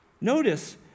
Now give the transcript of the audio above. Notice